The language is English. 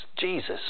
Jesus